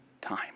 time